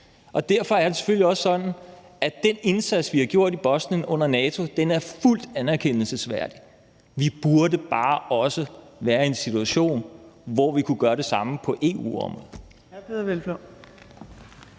Derfor er det selvfølgelig også sådan, at den indsats, vi har gjort i Bosnien under NATO, er fuldt anerkendelsesværdig. Vi burde bare også være i en situation, hvor vi kunne gøre det samme på EU-området.